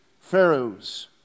Pharaoh's